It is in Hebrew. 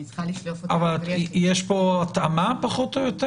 אני צריכה לשלוף --- אבל יש פה התאמה פחות או יותר?